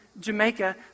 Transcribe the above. Jamaica